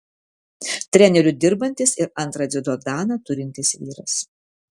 treneriu dirbantis ir antrą dziudo daną turintis vyras